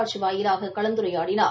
காட்சி வாயிலாக கலந்துரையாடினார்